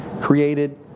created